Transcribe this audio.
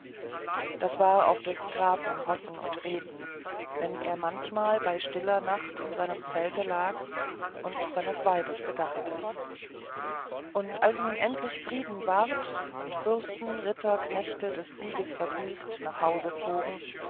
das war auch des grafen sein hoffen und beten wenn er manchmal bei stiller nacht in seinem zelte lag und seines weibes dachte und als nun endlich friede ward und fürsten ritter knechte des siegs vergnügt nach hause zogen